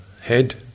head